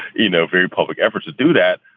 you know, very public effort to do that.